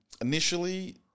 initially